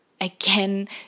Again